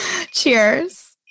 Cheers